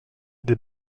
des